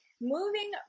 moving